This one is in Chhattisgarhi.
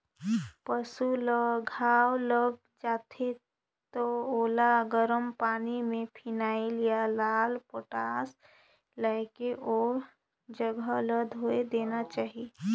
पसु ल घांव लग जाथे त ओला गरम पानी में फिनाइल या लाल पोटास मिलायके ओ जघा ल धोय देना चाही